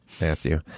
Matthew